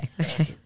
okay